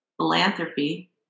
philanthropy